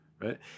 right